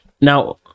now